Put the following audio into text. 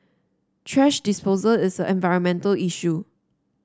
thrash disposal is an environmental issue